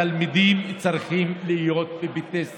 התלמידים צריכים להיות בבתי הספר.